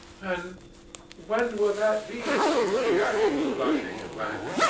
and when will that be? she asked, blushing and laughing.